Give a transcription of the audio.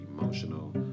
emotional